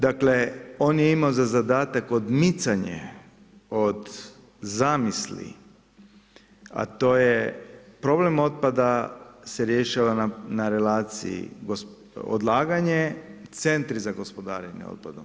Dakle, on je ima za zadatak odmicanje, od zamisli, a to je problem otpada se rješava na relaciji odlaganje, centri za gospodarenjem otpadom.